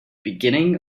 beginning